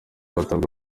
batabwa